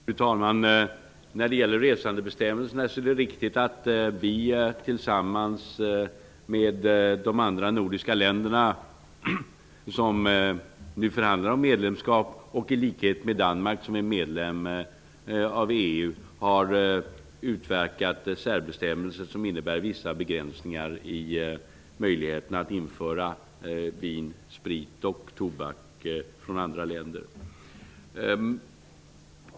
Fru talman! När det gäller resandebestämmelserna är det riktigt att vi tillsammans med de andra nordiska länder som nu förhandlar om medlemskap och i likhet med Danmark som är medlem av EU har utverkat särbestämmelser som innebär vissa begränsningar i fråga om möjligheterna att införa vin, sprit och tobak från andra länder.